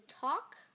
talk